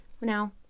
Now